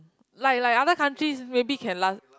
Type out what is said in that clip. like like other countries maybe can last